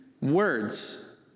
words